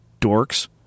dorks